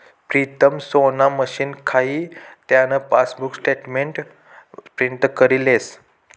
प्रीतम सोना मशीन खाई त्यान पासबुक स्टेटमेंट प्रिंट करी लेस